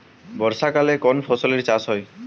বর্ষাকালে কোন ফসলের চাষ হয়?